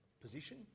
position